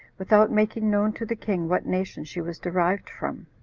without making known to the king what nation she was derived from.